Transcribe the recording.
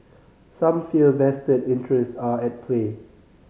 some fear vested interest are at play